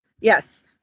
Yes